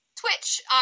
Twitch